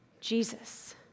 Jesus